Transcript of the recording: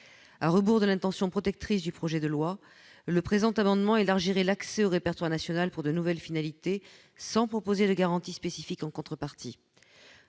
À rebours de l'intention protectrice du projet de loi, le présent amendement élargirait l'accès au Répertoire national pour de nouvelles finalités, sans prévoir de garanties spécifiques en contrepartie.